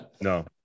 no